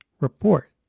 report